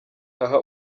aha